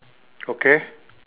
okay